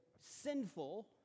sinful